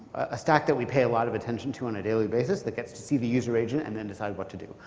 ah stack that we pay a lot of attention to on a daily basis, that gets to see the user agent and then decide what to do.